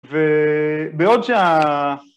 ו...בעוד שה...